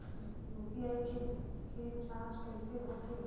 UPI के के जांच कइसे होथे?